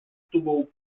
tubą